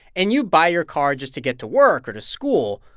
and you buy your car just to get to work or to school.